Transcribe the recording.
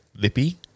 lippy